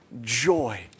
joy